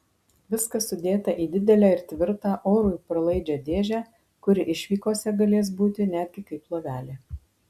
viskas sudėta į didelę ir tvirtą orui pralaidžią dėžę kuri išvykose galės būti netgi kaip lovelė